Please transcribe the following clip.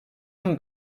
amb